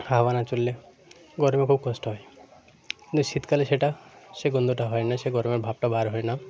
হাওয়া না চললে গরমে খুব কষ্ট হয় কিন্তু শীতকালে সেটা সে গন্ধটা হয় না সে গরমের ভাবটা বার হয় না